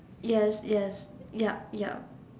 yes yes yep yep